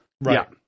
right